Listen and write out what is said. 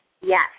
Yes